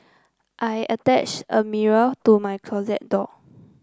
I attached a mirror to my closet door